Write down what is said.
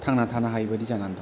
थांना थानो हायि बादि जानानै दं